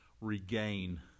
regain